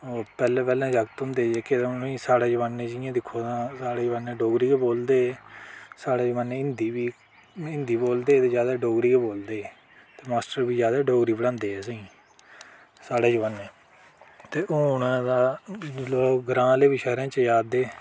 पैह्ले पैह्ले जागत होंदे जेह्के ते उ'नेंगी साढ़ै जमाने च जियां दिक्खो तां साढ़े जमानै डोगरी गै बोलदे हे साढ़े जमाने च हिंदी बी नेईं हिंदी बोलदे ज्यादा डोगरी गै बोलदे ते मास्टर बी ज्यादा डोगरी गै पढ़ांदे हे असेंगी साढ़े जमानै ते हून तां मतलब ग्रांऽ आह्ले बी शैह्रें च जा दे